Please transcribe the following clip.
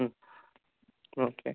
okay